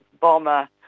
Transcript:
Bomber